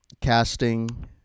casting